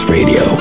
Radio